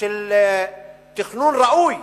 ושל תכנון ראוי